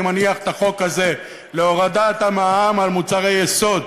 אני מניח את החוק הזה להורדת המע"מ על מוצרי יסוד,